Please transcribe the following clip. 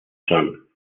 son